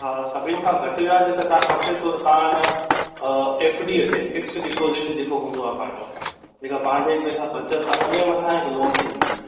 हा सभीन खां घट व्याज अगरि तव्हांखे खपे थो त तव्हां ए न एफ़ डीअ ते फ़ीक्स डिपॉज़िट जेको हूंदो आहे पंहिंजो जेका पंहिंजा ई पेसा बचत आहे उनजे मथां हिकु लोन थींदी आहे